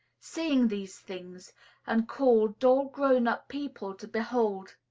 seeing these things and call dull, grown-up people to behold.